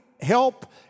help